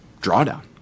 drawdown